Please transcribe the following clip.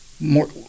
More